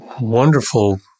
wonderful